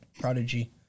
prodigy